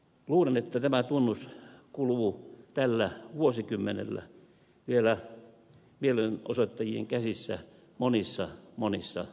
luulen että tämä tunnus kuluu tällä vuosikymmenellä vielä mielenosoittajien käsissä monissa monissa maissa